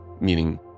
meaning